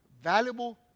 valuable